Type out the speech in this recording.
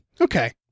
Okay